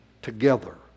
together